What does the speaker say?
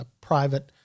private